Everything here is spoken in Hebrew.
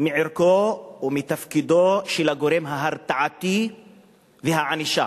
מערכו ומתפקידו של הגורם ההרתעתי והענישה.